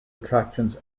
attractions